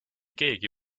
keegi